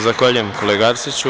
Zahvaljujem kolega Arsiću.